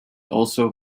also